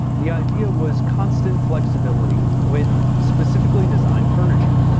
the idea was constant flexibility with specifically designed furniture.